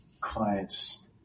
clients